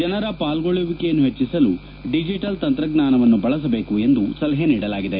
ಜನರ ಪಾಲ್ಗೊಳ್ಳುವಿಕೆಯನ್ನು ಹೆಚ್ಚಿಸಲು ಡಿಜಿಟಲ್ ತಂತ್ರಜ್ಞಾನವನ್ನು ಬಳಸಬೇಕು ಎಂದು ಸಲಹೆ ನೀಡಲಾಗಿದೆ